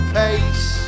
pace